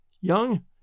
young